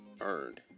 earned